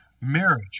Marriage